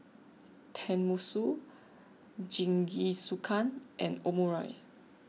Tenmusu Jingisukan and Omurice